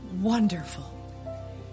wonderful